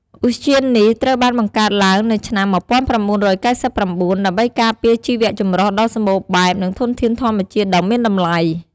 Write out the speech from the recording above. ឧទ្យាននេះត្រូវបានបង្កើតឡើងនៅឆ្នាំ១៩៩៩ ដើម្បីការពារជីវៈចម្រុះដ៏សម្បូរបែប និងធនធានធម្មជាតិដ៏មានតម្លៃ។